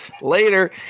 Later